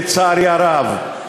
לצערי הרב.